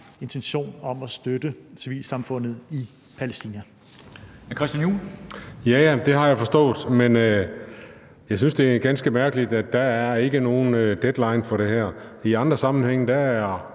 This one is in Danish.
Christian Juhl. Kl. 13:10 Christian Juhl (EL): Ja, ja, det har jeg forstået, men jeg synes, det er ganske mærkeligt, at der ikke er nogen deadline for det her. I andre sammenhænge er